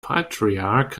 patriarch